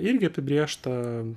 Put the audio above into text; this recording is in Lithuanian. irgi apibrėžta